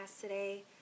today